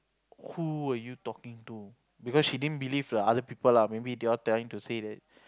who were you talking to because she didn't believe the other people lah maybe they all trying to say that